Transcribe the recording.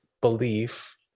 belief